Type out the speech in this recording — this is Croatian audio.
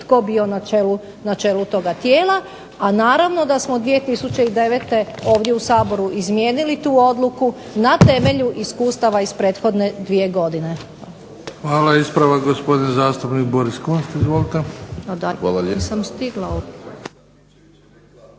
tko bio na čelu toga tijela. A naravno da smo 2009. ovdje u Saboru izmijenili tu odluku na temelju iskustava iz prethodne dvije godine. **Bebić, Luka (HDZ)** Hvala. Ispravak, gospodin zastupnik Boris Kunst. Izvolite. **Kunst,